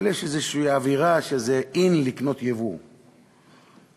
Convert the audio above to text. יש איזו אווירה שזה in לקנות יבוא, לצערנו.